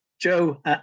Joe